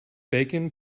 bacon